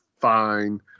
fine